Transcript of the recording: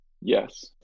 Yes